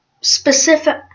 specific